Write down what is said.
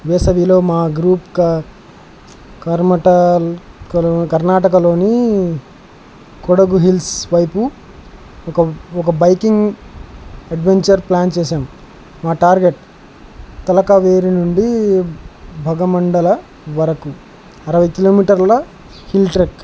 వేసవిలో మా గ్రూప్ క కర్మటల్ క కర్ణాటకలోని కొడగు హిల్స్ వైపు ఒక ఒక బైకింగ్ అడ్వెంచర్ ప్లాన్ చేశాము మా టార్గెట్ తలకావేరి నుండి భగమండల వరకు అరవై కిలోమీటర్ల హిల్ ట్రెక్